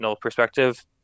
perspective